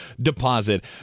deposit